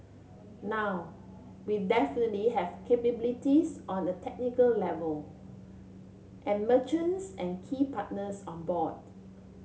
now we definitely have capabilities on the technical level and merchants and key partners on board